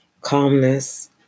calmness